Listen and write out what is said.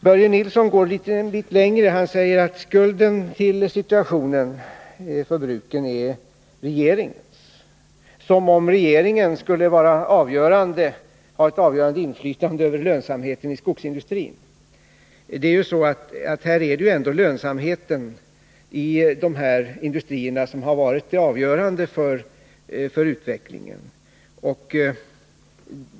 Börje Nilsson går en liten bit längre. Han säger att skulden till brukens situation är regeringens — som om regeringen skulle ha ett avgörande inflytande över lönsamheten i skogsindustrin. Det är ändå lönsamheten i de här industrierna som varit det avgörande för utvecklingen.